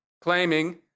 claiming